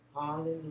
hallelujah